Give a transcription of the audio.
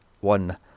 one